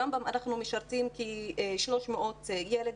ברמב"ם אנחנו משרתים כ-300 ילד,